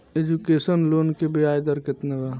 Education loan के ब्याज दर केतना बा?